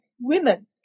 women